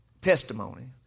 testimony